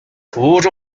途中